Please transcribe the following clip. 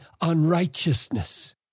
unrighteousness